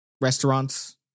restaurants